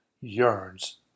yearns